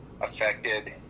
affected